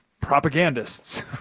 propagandists